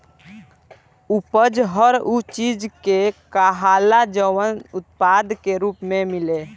उपज हर उ चीज के कहाला जवन उत्पाद के रूप मे मिले